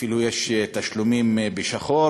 אפילו יש תשלומים בשחור,